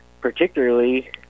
particularly